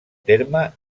terme